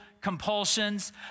compulsions